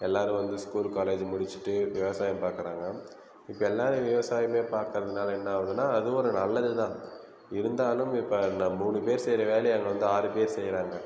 எல்லோரும் வந்து school college முடிச்சுட்டு விவசாயம் பார்க்கறாங்க இப்போ எல்லோருமே விவசாயமே பார்க்கறதுனால என்னால் ஆகுதுன்னா அதுவும் ஒரு நல்லது தான் இருந்தாலும் இப்போ நம்ம மூணு பேர் செய்கிற வேலையை அங்கே வந்து ஆறு பேர் செய்கிறாங்க